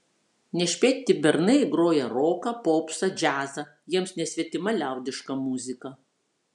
nešpėtni bernai groja roką popsą džiazą jiems nesvetima liaudiška muzika